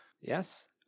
Yes